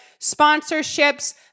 sponsorships